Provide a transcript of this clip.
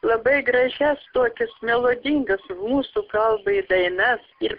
labai gražias tokias melodingas mūsų kalbai dainas ir